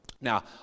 Now